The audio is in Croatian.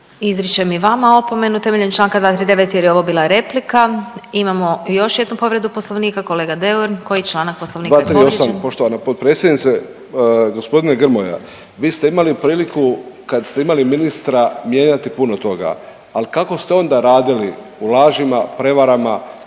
Izričem i vama opomenu temeljem čl. 239. jer je ovo bila replika. Imamo još jednu povredu poslovnika, kolega Deur koji članak poslovnika je povrijeđen? **Deur, Ante (HDZ)** 238., poštovana potpredsjednice. Gospodine Grmoja, vi ste imali priliku kad ste imali ministra mijenjati puno toga, ali kako ste onda radili u lažima i prevarama,